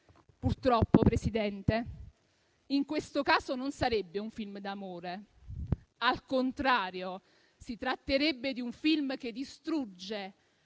Purtroppo, Presidente, in questo caso non sarebbe un film d'amore; al contrario, si tratterebbe di un film che distrugge